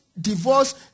divorce